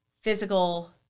physical